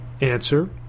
Answer